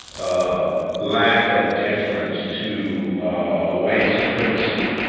um lack of deference to ah white supremacy.